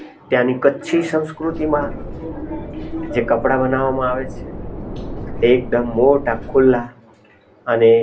ત્યાંની કચ્છી સંસ્કૃતિમાં જે કપડા બનાવવામાં આવે છે એકદમ મોટા ખુલ્લા અને